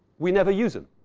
we never use it.